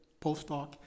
postdoc